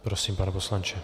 Prosím, pane poslanče.